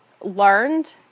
learned